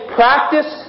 practice